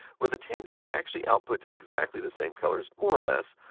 with the tandy, it actually outputs exactly the same colors, more or less,